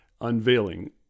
unveiling